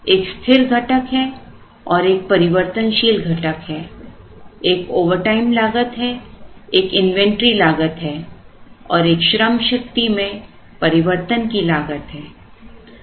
एक स्थिर घटक है और एक परिवर्तनशील घटक है एक ओवरटाइम लागत है एक इन्वेंटरी लागत है और एक श्रमशक्ति में परिवर्तन की लागत है